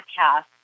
podcast